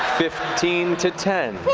fifteen to ten?